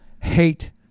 hate